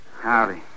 Howdy